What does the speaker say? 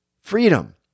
Freedom